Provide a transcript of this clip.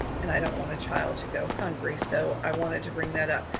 and i don't want a child to go hungry. so i wanted to bring that up.